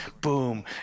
boom